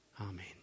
Amen